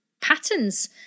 patterns